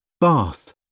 Bath